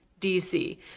dc